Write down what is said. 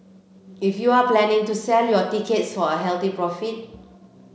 if you're planning to sell your tickets for a healthy profit